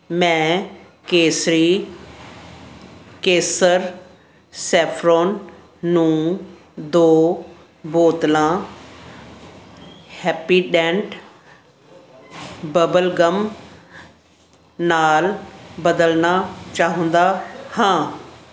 ਮੈਂ ਕੇਸਰੀ ਕੇਸਰ ਸੈਫਰੋਨ ਨੂੰ ਦੋ ਬੋਤਲਾਂ ਹੈਪੀਡੈਂਟ ਬਬਲਗਮ ਨਾਲ ਬਦਲਣਾ ਚਾਹੁੰਦਾ ਹਾਂ